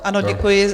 Ano, děkuji.